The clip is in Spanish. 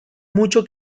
mucho